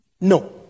No